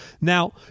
Now